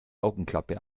augenklappe